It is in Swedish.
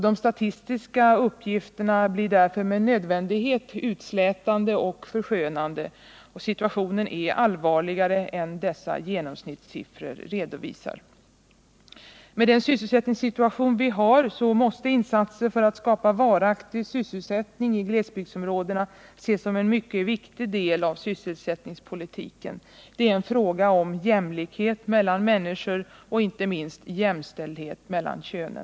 De statistiska uppgifterna blir därför med nödvändighet utslätande och förskönande, och situationen är allvarligare än dessa genomsnittssiffror redovisar. Med den sysselsättningssituation vi har måste insatser för att skapa varaktig sysselsättning i glesbygdsområdena ses som en mycket viktig del av sysselsättningspolitiken. Det är en fråga om jämlikhet mellan människor och inte minst jämställdhet mellan könen.